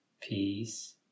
Peace